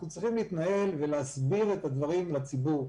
צריכים להתנהל ולהסביר את הדברים לציבור.